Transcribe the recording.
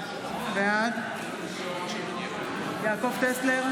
בעד יעקב טסלר,